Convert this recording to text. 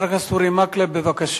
חבר הכנסת אורי מקלב, בבקשה.